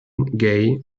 gay